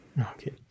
Okay